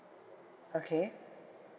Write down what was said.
okay